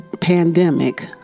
pandemic